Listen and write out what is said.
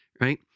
right